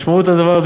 משמעות הדבר,